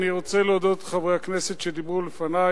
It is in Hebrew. אני רוצה להודות לחברי הכנסת שדיברו לפני,